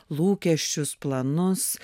lūkesčius planus